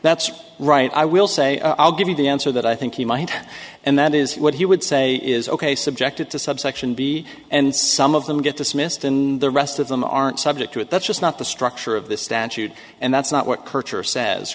that's right i will say i'll give you the answer that i think he might have and that is what he would say is ok subjected to subsection b and some of them get dismissed in the rest of them aren't subject to it that's just not the structure of this statute and that's not what kurtzer says